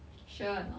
sure or not